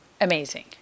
amazing